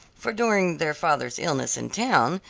for during their father's illness in town,